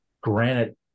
granite